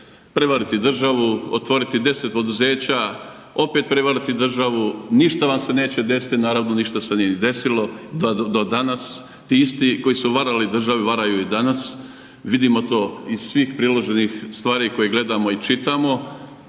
prevariti državu, otvoriti 10 poduzeća, opet prevariti državu, ništa vam se neće deseti naravno, ništa se nije ni desilo do danas. Ti isti koji su varali u državi, varaju i danas, vidimo to iz svih priloženih stvari koje vidimo i čitamo.